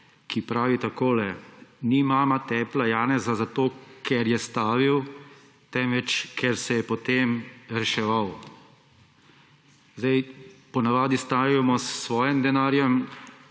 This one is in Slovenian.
ki pravi takole: »Ni mama tepla Janeza zato, ker je stavil, temveč ker se je potem reševal.« Po navadi stavimo s svojim denarjem,